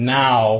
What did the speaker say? now